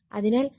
അതിനാൽ i2 0 ആണ്